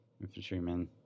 Infantryman